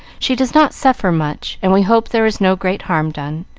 she does not suffer much, and we hope there is no great harm done.